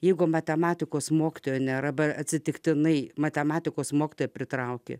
jeigu matematikos mokytojo nėra atsitiktinai matematikos mokytoją pritraukė